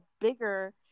bigger